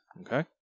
Okay